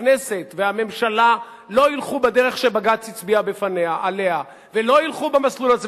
שהכנסת והממשלה לא ילכו בדרך שבג"ץ הצביע עליה ולא ילכו במסלול הזה,